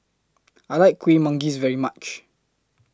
I like Kueh Manggis very much